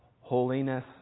holiness